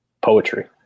Poetry